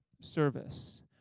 service